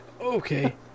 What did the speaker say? okay